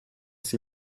sie